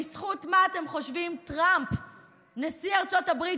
בזכות מה אתם חושבים שנשיא ארצות הברית